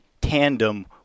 tandem